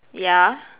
ya